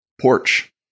porch